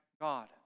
God